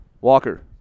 Walker